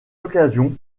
occasion